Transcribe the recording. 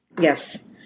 Yes